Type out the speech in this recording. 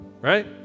Right